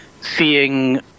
seeing